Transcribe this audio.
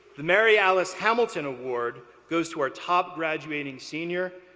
the mary alice hamilton award goes to our top graduating senior.